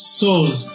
souls